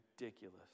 ridiculous